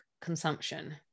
consumption